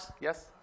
yes